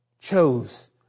chose